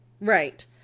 Right